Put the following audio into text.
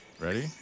Ready